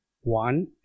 one